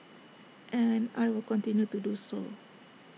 and I will continue to do so